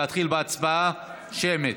כדי להתחיל בהצבעה שמית.